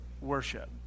worship